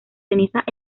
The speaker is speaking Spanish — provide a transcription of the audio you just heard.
cenizas